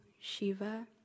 Shiva